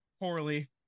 poorly